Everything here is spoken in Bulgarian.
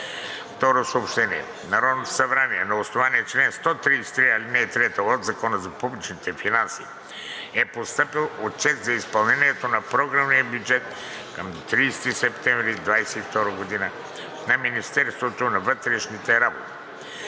по отбрана. В Народното събрание, на основание чл. 133, ал. 3 от Закона за публичните финанси, е постъпил отчет за изпълнението на програмния бюджет към 30 септември 2022 г. на Министерството на вътрешните работи.